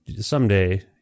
someday